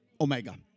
omega